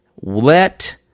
Let